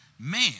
man